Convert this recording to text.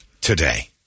today